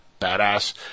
badass